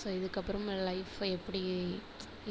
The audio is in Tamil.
ஸோ இதுக்கப்புறமா லைஃப்பை எப்படி